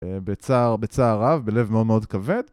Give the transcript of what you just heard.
בצער... בצער רב, בלב מאוד מאוד כבד.